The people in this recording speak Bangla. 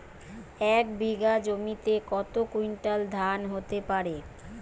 এক বিঘা জমিতে কত কুইন্টাল ধান হতে পারে?